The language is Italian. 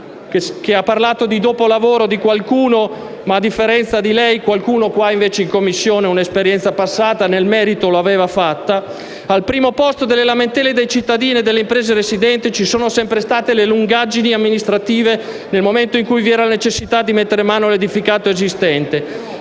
che ha parlato di dopolavoro di qualcuno: a differenza di lei, qualcuno in Commissione una esperienza passata nel merito l'aveva fatta - al primo posto nelle lamentele dei cittadini e delle imprese residenti ci sono sempre state le lungaggini amministrative nel momento in cui vi era la necessità di mettere mano all'edificato esistente.